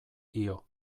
dio